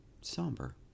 Somber